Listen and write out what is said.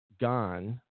gone